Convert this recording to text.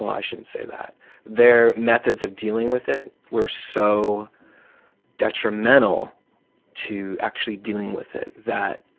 i shouldn't say that their methods of dealing with it were so detrimental to actually dealing with it that,